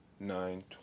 Nine